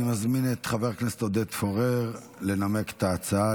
אני מזמין את חבר הכנסת עודד פורר לנמק את ההצעה.